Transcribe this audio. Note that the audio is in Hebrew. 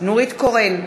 נורית קורן,